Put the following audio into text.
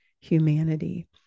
humanity